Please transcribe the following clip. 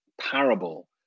parable